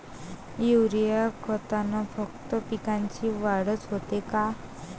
Urea खतानं फक्त पिकाची वाढच होते का?